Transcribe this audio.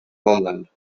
homeland